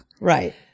Right